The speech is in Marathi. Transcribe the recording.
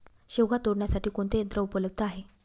शेवगा तोडण्यासाठी कोणते यंत्र उपलब्ध आहे?